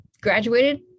Graduated